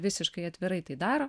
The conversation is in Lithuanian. visiškai atvirai tai daro